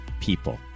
people